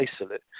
isolate